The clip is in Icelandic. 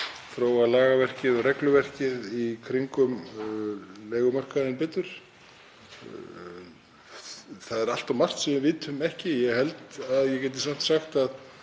þróa lagaverkið og regluverkið í kringum leigumarkaðurinn betur. Það er allt of margt sem við vitum ekki. Ég held að ég geti samt sagt að